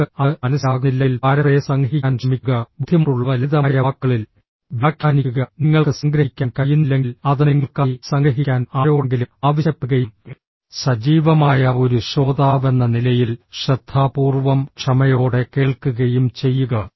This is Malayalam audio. അവർക്ക് അത് മനസ്സിലാകുന്നില്ലെങ്കിൽ പാരഫ്രേസ് സംഗ്രഹിക്കാൻ ശ്രമിക്കുക ബുദ്ധിമുട്ടുള്ളവ ലളിതമായ വാക്കുകളിൽ വ്യാഖ്യാനിക്കുക നിങ്ങൾക്ക് സംഗ്രഹിക്കാൻ കഴിയുന്നില്ലെങ്കിൽ അത് നിങ്ങൾക്കായി സംഗ്രഹിക്കാൻ ആരോടെങ്കിലും ആവശ്യപ്പെടുകയും സജീവമായ ഒരു ശ്രോതാവെന്ന നിലയിൽ ശ്രദ്ധാപൂർവ്വം ക്ഷമയോടെ കേൾക്കുകയും ചെയ്യുക